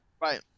Right